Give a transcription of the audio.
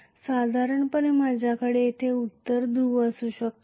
साधारणपणे माझ्याकडे येथे उत्तर ध्रुव असू शकेल